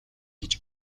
гэж